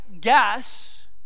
guess